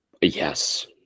Yes